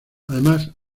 además